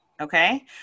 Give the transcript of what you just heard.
Okay